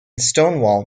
stonewall